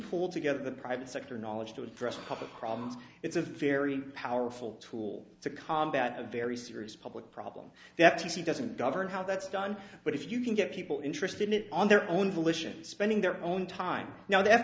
pull together the private sector knowledge to address the problems it's a very powerful tool to combat a very serious public problem that he doesn't govern how that's done but if you can get people interested in it on their own volition spending their own time now th